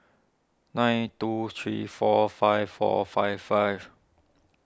nine two three four five four five five